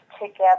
together